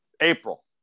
April